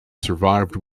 survived